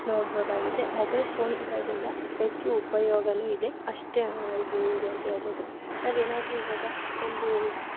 ನೋಡ್ಬೋದಾಗಿದೆ mobile phone ಇರೋದ್ರಿಂದ ಹೆಚ್ಚು ಉಪಯೋಗವೂ ಇದೆ ಅಷ್ಟೇ ಇದು ಇದೆ ಅಂತ ಹೇಳ್ಬೋದು ನಾವೇನಾದ್ರೂ ಈವಾಗ ಒಂದು